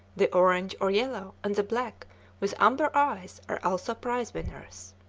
the orange, or yellow, and the black with amber eyes are also prize winners.